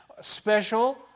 special